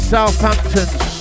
Southamptons